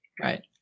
Right